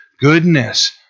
goodness